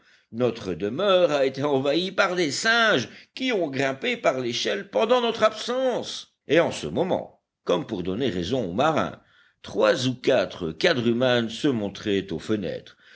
notre demeure a été envahie par des singes qui ont grimpé par l'échelle pendant notre absence et en ce moment comme pour donner raison au marin trois ou quatre quadrumanes se montraient aux fenêtres